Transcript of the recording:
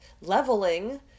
leveling